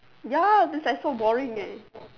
ya this like so boring eh